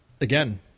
again